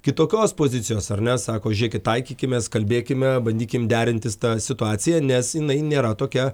kitokios pozicijos ar ne sako žėkit taikykimės kalbėkime bandykim derintis tą situaciją nes jinai nėra tokia